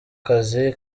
kazi